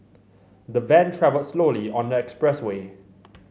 the van travelled slowly on the expressway